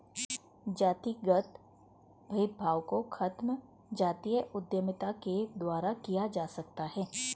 जातिगत भेदभाव को खत्म जातीय उद्यमिता के द्वारा किया जा सकता है